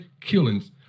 killings